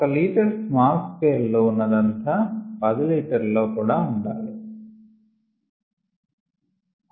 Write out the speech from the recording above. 1 litre small scale లో ఉన్నదంతా 10 litre లో కూడా ఉండాలి